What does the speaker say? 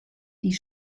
die